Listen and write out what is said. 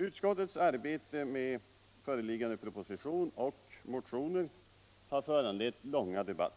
Utskottets arbete med föreliggande proposition och motioner har föranlett långa överläggningar.